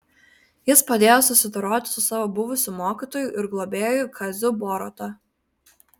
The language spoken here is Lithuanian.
jis padėjo susidoroti su savo buvusiu mokytoju ir globėju kaziu boruta